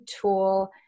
tool